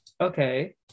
Okay